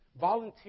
volunteer